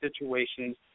situations